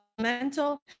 mental